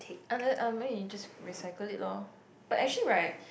other um maybe you just recycle it lor but actually right